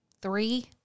three-